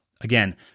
Again